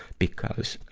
because,